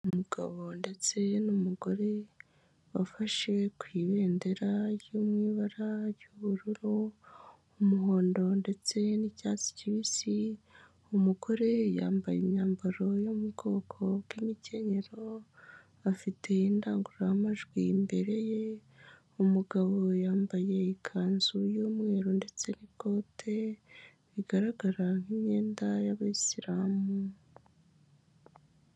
Umugabo ndetse n'umugore wafashe ku ibendera ryo mu ibara ry'ubururu umuhondo ndetse n'icyatsi kibisi umugore yambaye imyambaro yo mu bwoko bw'imikenyerero afite indangururamajwi imbere ye umugabo yambaye ikanzu y'umweru ndetse n'ikote bigaragara nk'imyenda y'abayisilamu.